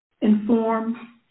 inform